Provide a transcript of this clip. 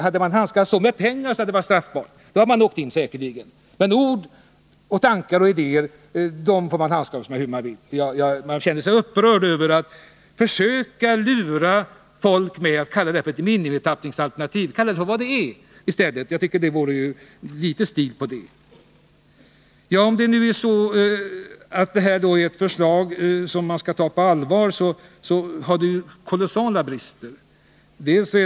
Hade man handskats så med pengar hade det varit straffbart — då hade man säkerligen åkt in. Men ord, tankar och idéer får man tydligen handskas med hur man vill. Man känner sig upprörd över det här försöket att lura folk med att kalla förslaget ett minimitappningsalternativ. Kalla det vad det är i stället — det vore ett uttryck för stil. Om det här är ett förslag som man skall ta på allvar måste jag säga att det har kolossala brister.